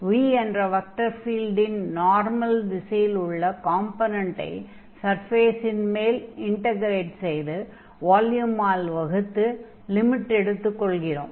v என்ற vector ஃபீல்டின் normal திசையில் உள்ள காம்பொனென்ட்டை சர்ஃபேஸின் மேல் இன்டக்ரேட் செய்து வால்யூமால் வகுத்து லிமிட் எடுத்துக் கொள்கிறோம்